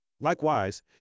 Likewise